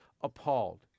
appalled